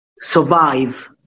survive